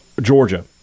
Georgia